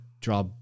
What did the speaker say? draw